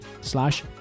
slash